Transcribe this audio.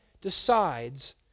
decides